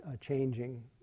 changing